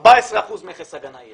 14 אחוזים מכס הגנה.